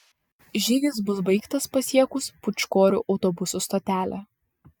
žygis bus baigtas pasiekus pūčkorių autobusų stotelę